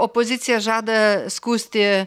opozicija žada skųsti